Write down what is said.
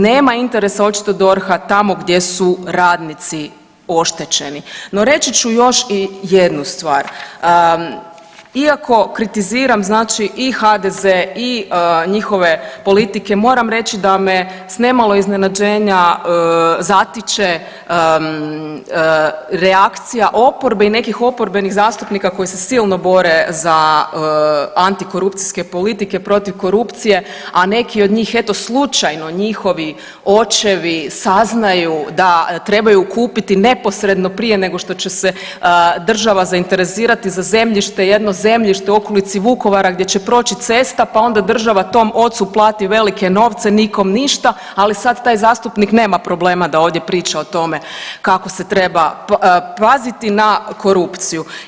Nema interesa, očito DORH-a tamo gdje su radnici oštećeni, no reći ću još i jednu stvar, iako kritiziram znači i HDZ i njihove politike, moram reći da me s nemalo iznenađenja zatiče reakcija oporbe i nekih oporbenih zastupnika koji se silno bore za antikorupcijske politike, protiv korupcije, a neki od njih, eto, slučajno njihovi očevi saznaju da trebaju kupiti neposredno prije nego što će se država zainteresirati za zemljište, jedno zemljište u okolici Vukovara gdje će proći cesta, pa onda država tom ocu plati velike novce, nikom ništa, ali sad taj zastupnik nema problema da ovdje priča o tome kako se treba paziti na korupciju.